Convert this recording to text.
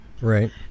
Right